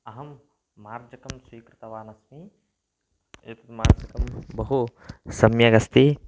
अहं मार्जनीं स्वीकृतवानस्मि एषा मार्जनी बहु सम्यगस्ति